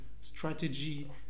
strategy